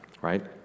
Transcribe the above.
right